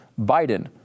Biden